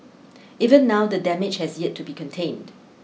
even now the damage has yet to be contained